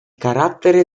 carattere